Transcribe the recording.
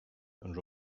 and